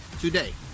Today